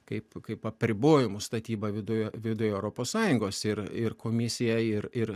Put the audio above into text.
kaip kaip apribojimų statyba viduje viduj europos sąjungos ir ir komisija ir ir